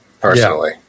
personally